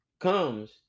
comes